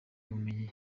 ubumenyi